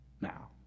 now